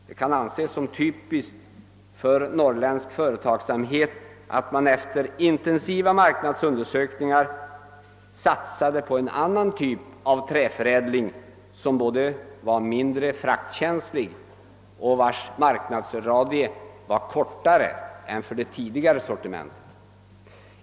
Det kan anses som typiskt för norrländsk företagsamhet att man efter intensiva marknadsundersökningar satsade på en annan typ av träförädling, som var mindre fraktkänslig och vars marknadsradie var kortare än för det tidigare sortimentet.